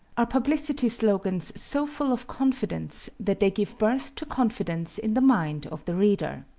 are publicity slogans so full of confidence that they give birth to confidence in the mind of the reader.